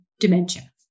Dementia